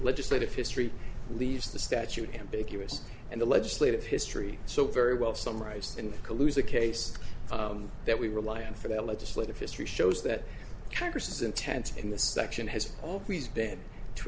legislative history leaves the statute ambiguous and the legislative history so very well summarized in colusa case that we rely on for the legislative history shows that congress intent in the section has always been to